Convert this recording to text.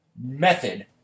method